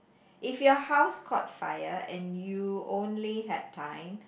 if your house got fire and you only have time